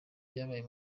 byabaye